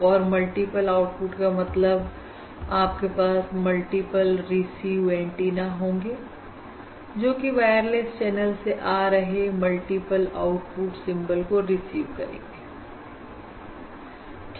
और multiple output का मतलब आपके पास मल्टीपल रिसीव एंटीना होंगे जोकि वायरलेस चैनल से आ रहे मल्टीपल आउटपुट सिंबल को रिसीव करेंगे ठीक है